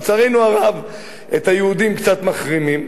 לצערנו הרב, את היהודים קצת מחרימים.